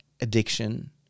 addiction